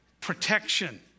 protection